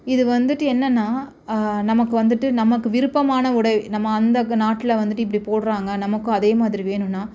இது வந்துட்டு என்னென்னால் நமக்கு வந்துட்டு நமக்கு விருப்பமான உடை நம்ம அந்த க நாட்டில் வந்துட்டு இப்படி போடுறாங்க நமக்கும் அதேமாதிரி வேணுன்னால்